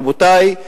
רבותי,